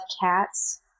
cats